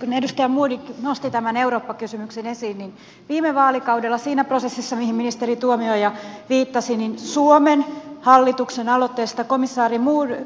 kun edustaja modig nosti tämän eurooppa kysymyksen esiin niin viime vaalikaudella siinä prosessissa mihin ministeri tuomioja viittasi suomen hallituksen aloitteesta